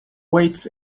weights